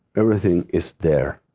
everything is there.